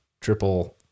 triple